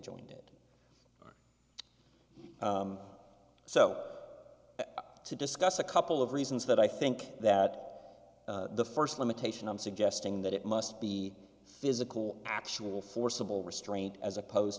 joined it so to discuss a couple of reasons that i think that the first limitation i'm suggesting that it must be physical actual forcible restraint as opposed